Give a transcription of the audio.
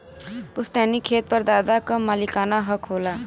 पुस्तैनी खेत पर दादा क मालिकाना हक होला